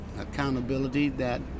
Accountability—that